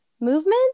Movement